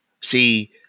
See